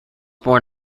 born